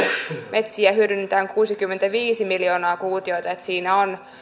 metsiä hyödynnetään kuusikymmentäviisi miljoonaa kuutiota niin että siinä on